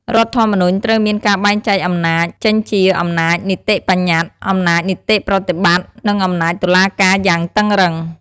រដ្ឋធម្មនុញ្ញ ត្រូវមានការបែងចែកអំណាច ចេញជា អំណាចនីតិបញ្ញត្តិ អំណាចនីតិប្រតិបត្តិ និងអំណាចតុលាការ យ៉ាងតឹងរ៉ឹង។